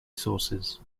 sources